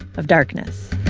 of darkness.